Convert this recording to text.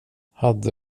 hade